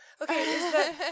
Okay